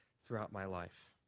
throughout my life.